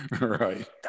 Right